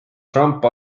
trump